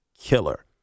killer